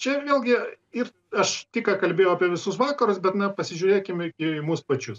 čia vėlgi ir aš tik ką kalbėjau apie visus vakarus bet na pasižiūrėkim į mus pačius